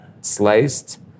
sliced